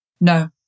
No